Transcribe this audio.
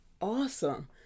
awesome